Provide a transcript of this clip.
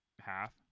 half